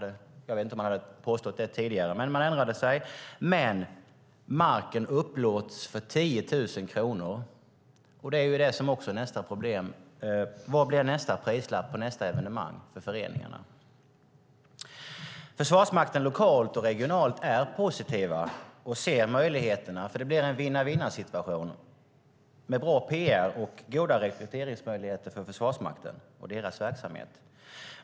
Jag vet inte om man hade påstått det tidigare, men man ändrade sig. Marken upplåts dock för 10 000 kronor. Det är det som är nästa problem: Vad blir prislappen på nästa evenemang för föreningarna? Försvarsmakten lokalt och regionalt är positiv och ser möjligheterna. Det blir nämligen en vinna-vinna-situation med bra PR och goda rekryteringsmöjligheter för Försvarsmakten och deras verksamhet.